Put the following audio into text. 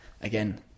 Again